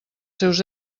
seus